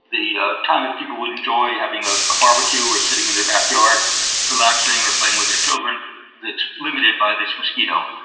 the you know kind of people that would enjoy having a ah barbecue or sitting in their backyard relaxing or playing with their children, it's limited by this mosquito.